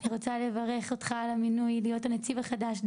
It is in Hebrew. אני רוצה לברך אותך על המינוי להיות הנציב החדש.